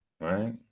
Right